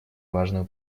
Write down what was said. важную